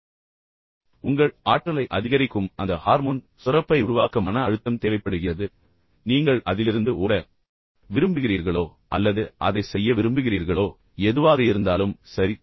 அதாவது உங்கள் ஆற்றலை அதிகரிக்கும் அந்த ஹார்மோன் சுரப்பை உருவாக்க மன அழுத்தம் தேவைப்படுகிறது நீங்கள் அதிலிருந்து ஓட விரும்புகிறீர்களோ அல்லது அதைச் செய்ய விரும்புகிறீர்களோ எதுவாக இருந்தாலும் சரி